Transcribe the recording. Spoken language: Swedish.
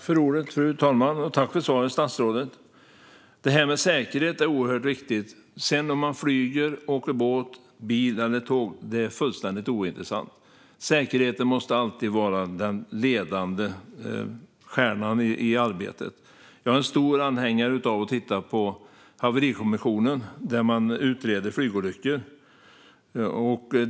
Fru talman! Tack för svaret, statsrådet! Det här med säkerhet är oerhört viktigt - om man sedan flyger, åker båt, bil eller tåg är fullständigt ointressant. Säkerheten måste alltid vara den ledande stjärnan i arbetet. Jag är en stor anhängare av Haverikommissionen , som handlar om utredningar av flygolyckor.